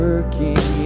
Working